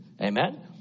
amen